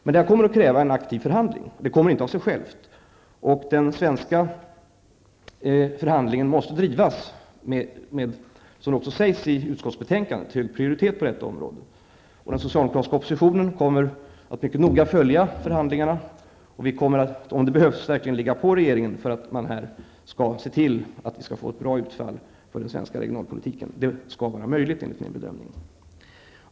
Men det kommer att kräva en aktiv förhandling -- det kommer inte av sig självt. Den svenska förhandlingen måste drivas med, som också sägs i utskottsbetänkandet, prioritet på detta område. Den socialdemokratiska oppositionen kommer att noga följa förhandlingarna. Vi kommer, om så behövs, att verkligen ligga på regeringen för att man skall se till att vi skall få ett bra utfall för den svenska regionalpolitiken. Detta skall vara möjligt enligt min bedömning.